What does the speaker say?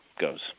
goes